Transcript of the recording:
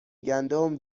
گندم